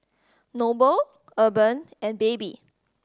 Noble Urban and Baby